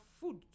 food